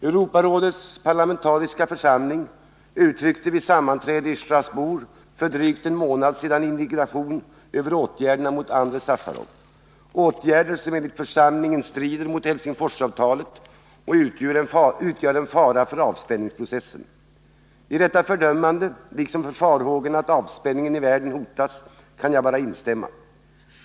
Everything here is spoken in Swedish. Europarådets parlamentariska församling uttryckte vid sammanträde i Strasbourg för drygt en månad sedan sin indignation över åtgärderna mot Andrei Sacharov, åtgärder som enligt församlingen strider mot Helsingforsavtalet och utgör en fara för avspänningsprocessen. I detta fördömande liksom i farhågorna för att avspänningen i världen hotas kan jag bara instämma.